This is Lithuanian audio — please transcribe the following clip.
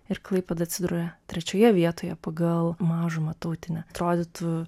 ir klaipėda atsiduria trečioje vietoje pagal mažumą tautinę atrodytų